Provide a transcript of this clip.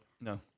No